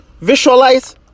visualize